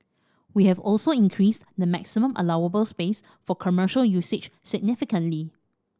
we have also increased the maximum allowable space for commercial usage significantly